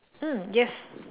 mm yes